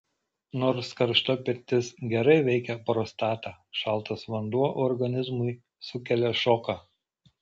nors karšta pirtis gerai veikia prostatą šaltas vanduo organizmui sukelia šoką